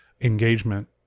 engagement